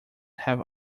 have